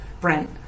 Brent